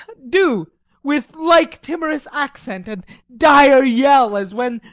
do with like timorous accent and dire yell as when,